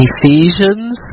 Ephesians